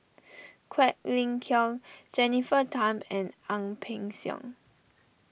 Quek Ling Kiong Jennifer Tham and Ang Peng Siong